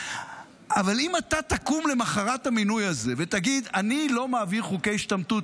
אבל אם אתה תקום למחרת המינוי הזה ותגיד: אני לא מעביר חוקי השתמטות,